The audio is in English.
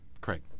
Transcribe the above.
Craig